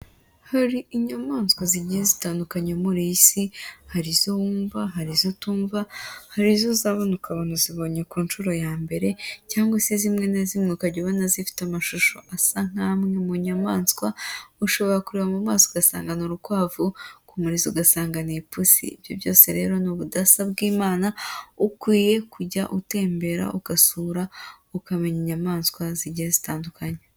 Hari inyamaswa zigiye zitandukanye muri iyi si, hari izo wumva, hari izo utumva, hari izo uzabona ukabona uzibonye ku nshuro ya mbere cyangwa se zimwe na zimwe ukajya ubona zifite amashusho asa nk'amwe mu nyamaswa, ushobora kureba mu maso ugasanga ni urukwavu, ku murizo ugasanga ni ipusi. Ibyo byose rero ni ubudasa bw'Imana, ukwiye kujya utembera ugasura, ukamenya inyamaswa zigiye zitandukanye.